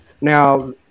Now